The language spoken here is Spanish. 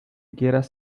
quieras